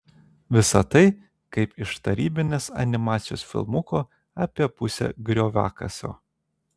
visa tai kaip iš tarybinės animacijos filmuko apie pusę grioviakasio